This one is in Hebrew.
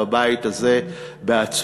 בבית הזה בהצבעה